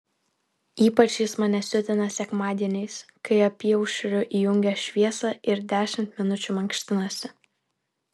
ypač jis mane siutina sekmadieniais kai apyaušriu įjungia šviesą ir dešimt minučių mankštinasi